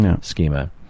schema